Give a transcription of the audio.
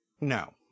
No